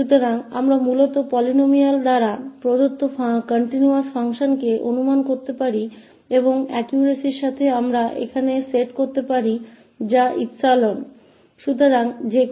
इसलिए हम मूल रूप से बहुपद द्वारा दिए गए continuous फंक्शन का अनुमान लगा सकते हैं और सटीकता हम यहां सेट कर सकते हैं जैसा कि यहां लिखा गया है 𝜖